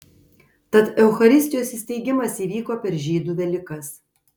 tad eucharistijos įsteigimas įvyko per žydų velykas